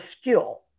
skill